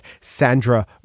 Sandra